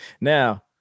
Now